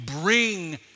bring